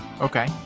Okay